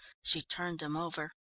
she turned him over.